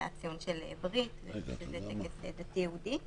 היה ציון של ברית, שזה תקף לדתי יהודי.